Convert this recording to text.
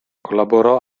collaborò